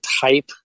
type